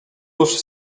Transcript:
cóż